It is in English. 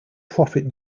profit